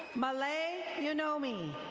malay younomi.